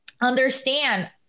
understand